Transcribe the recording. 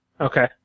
Okay